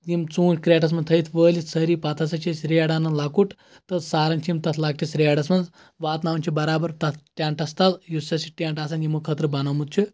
یِم ژوٗٹھ کریٹس منٛز تھٲیِتھ وٲلِتھ سٲری پَتہٕ ہسا چھِ أسۍ ریڈٕ اَنان لۄکُٹ تہٕ ساران چھِ یِم تَتھ لۄکٕٹِس ریڈس منٛز واتناوان چھِ برابر تَتھ ٹیٚنٛٹس تل یُس اَسہِ ٹیٚنٛٹ آسان یِمو خٲطرٕ بَنوٚومُت چھُ